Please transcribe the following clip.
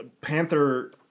Panther